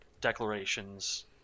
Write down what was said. declarations